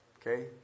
Okay